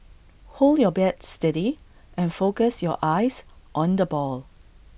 hold your bat steady and focus your eyes on the ball